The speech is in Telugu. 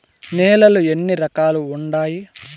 నేలలు ఎన్ని రకాలు వుండాయి?